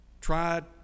tried